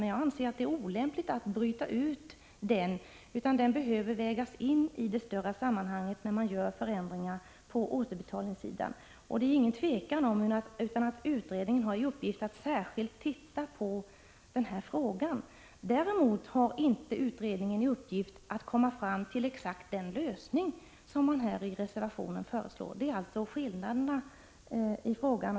Men jag anser att det är olämpligt att bryta ut denna fråga. I stället behöver den vägas in i ett större sammanhang, i samband med att förändringar genomförs på återbetalningssidan. Tveklöst är det så att utredningen har till uppgift att särskilt titta på den här frågan. Däremot har utredningen inte i uppgift att komma fram till just den lösning som föreslås i reservationen — det är skillnad.